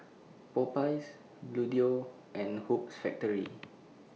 Popeyes Bluedio and Hoops Factory